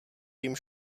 jim